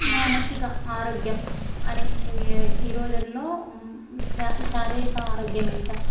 మానసిక ఆరోగ్యం అనే ఈ రోజుల్లో శ శారీరిక ఆరోగ్యం ఎంత